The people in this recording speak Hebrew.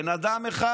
בן אדם אחד.